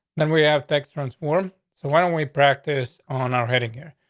then we have text transform. so why don't we practice on our heading here?